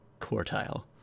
quartile